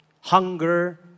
hunger